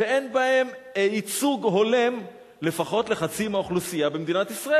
שאין בהם ייצוג הולם לפחות לחצי מהאוכלוסייה במדינת ישראל.